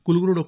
कुलगुरू डॉ